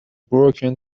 broken